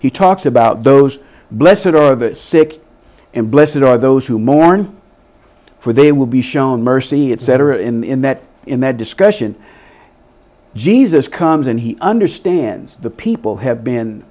he talks about those blessid or the sick and blessed are those who mourn for they will be shown mercy etc in that in that discussion jesus comes and he understands the people have been